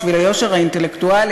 בשביל היושר האינטלקטואלי,